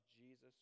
Jesus